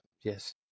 Yes